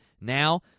Now